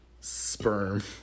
sperm